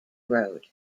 road